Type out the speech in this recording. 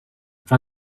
try